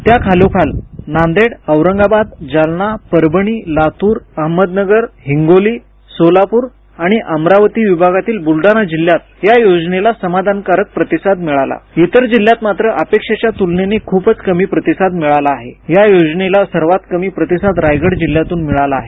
त्याखालोखाल नांदेड औरंगाबाद जालना परभणी लातूर अहमदनगर हिंगोली सोलापूर आणि अमरावती विभागातील ब्रलडाणा जिल्हयात या योजनेला समधानकारक प्रतिसाद लाभला इतर जिल्हयांत मात्रअपेक्षेच्या तुलनेत खूप कमी प्रतिसाद मिळाला आहे या योजनेला सर्वांत कमी प्रतिसाद रायगड जिल्हयातून मिळाला आहे